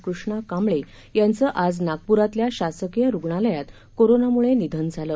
कृष्णा कांबळे यांचं आज नागपुरातल्या शासकीय रुग्णालयात करोनामुळे निधन झालं